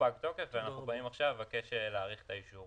פג תוקפו של האישור